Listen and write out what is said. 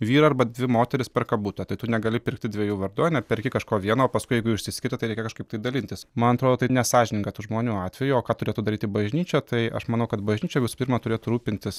vyrai arba dvi moterys perka butą tai tu negali pirkti dviejų vardu ane perki kažko vieno o paskui jeigu išsiskiria tai reikia kažkaip tai dalintis man atrodo tai nesąžininga tų žmonių atvejuo ką turėtų daryti bažnyčia tai aš manau kad bažnyčia visų pirma turėtų rūpintis